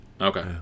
Okay